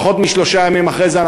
פחות משלושה ימים אחרי זה,